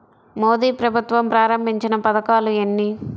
మోదీ ప్రభుత్వం ప్రారంభించిన పథకాలు ఎన్ని?